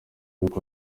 uko